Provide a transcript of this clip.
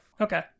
Okay